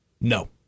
No